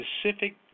specific